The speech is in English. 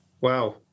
Wow